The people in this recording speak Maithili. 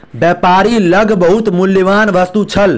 व्यापारी लग बहुत मूल्यवान वस्तु छल